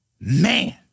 Man